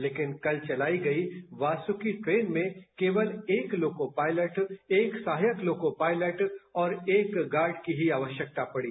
लेकिन कल चलाई गई वासुकी ट्रेन में केवल एक लोको पायलट एक सहायक लोको पायलट और एक गार्ड की ही आवश्यकता पड़ी